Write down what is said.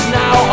now